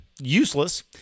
useless